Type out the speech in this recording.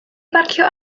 barcio